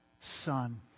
Son